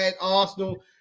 Arsenal